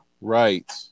right